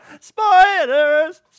spiders